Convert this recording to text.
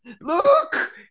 Look